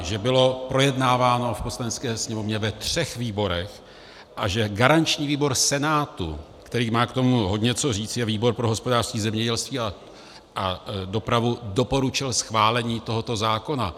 Že bylo projednáváno v Poslanecké sněmovně ve třech výborech a že garanční výbor Senátu, který má k tomu hodně co říci, výbor pro hospodářství, zemědělství a dopravu, doporučil schválení tohoto zákona.